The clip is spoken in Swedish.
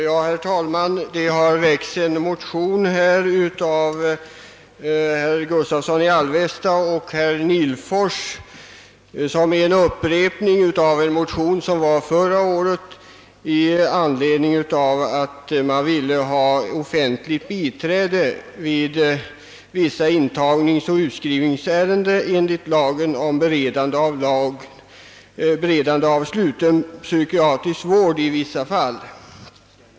Herr talman! Det har väckts en motion av herr Gustavsson i Alvesta och herr Nihlfors, som är en upprepning av en motion från förra året, i anledning av att man ville ha offentligt biträde i vissa intagningsoch utskrivningsärenden enligt lagen om beredande av sluten psykiatrisk vård i vissa fall.